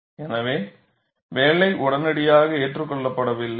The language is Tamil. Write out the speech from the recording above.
எனவே வேலை உடனடியாக ஏற்றுக்கொள்ளப்படவில்லை